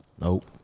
Nope